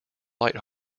light